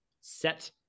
set